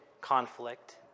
conflict